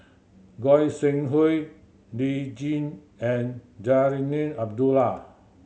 Goi Seng Hui Lee Tjin and Zarinah Abdullah